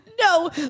No